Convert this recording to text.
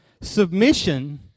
Submission